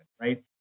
right